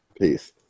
Peace